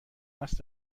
است